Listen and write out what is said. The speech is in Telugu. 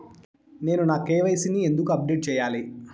నేను నా కె.వై.సి ని ఎందుకు అప్డేట్ చెయ్యాలి?